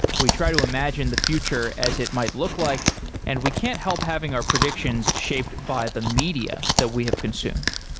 we try to imagine the future as it might look like and we can't help having our predictions shaped by the media that we have consumed.